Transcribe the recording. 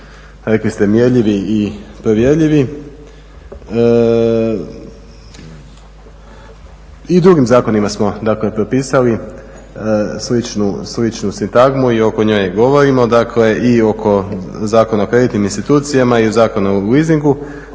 rekli ste mjerljivi i provjerljivi i drugim zakonima smo dakle propisali sličnu sintagmu i oko nje govorimo, dakle i oko Zakona o kreditnim institucijama i Zakona o leasingu